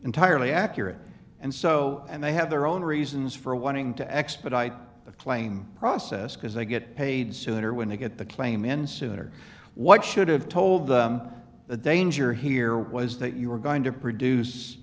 entirely accurate and so and they have their own reasons for wanting to expedite the claim process because they get paid sooner when they get the claim in sooner what should have told them the danger here was that you were going to produce